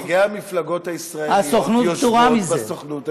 נציגי המפלגות הישראליות יושבים בסוכנות היהודית.